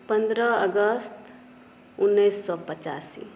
पन्द्रह अगस्त उन्नैस सए पचासी